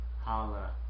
holla